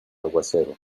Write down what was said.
aguacero